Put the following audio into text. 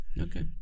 Okay